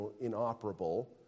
inoperable